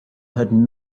had